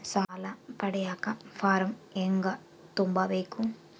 ಸಾಲ ಪಡಿಯಕ ಫಾರಂ ಹೆಂಗ ತುಂಬಬೇಕು?